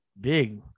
big